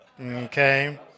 Okay